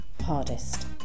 hardest